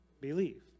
Believe